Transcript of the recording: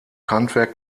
handwerk